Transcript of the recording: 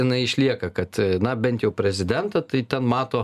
inai išlieka kad na bent jau prezidentą tai ten mato